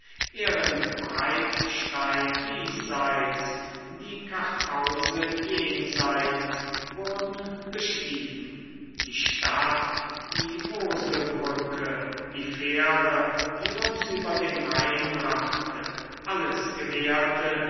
ehrenbreitstein diesseits die kartause jenseits wurden bestiegen die stadt die moselbrücke die fähre die uns über den rhein brachte alles gewährte